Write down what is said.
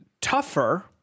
tougher